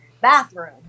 bathroom